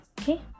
Okay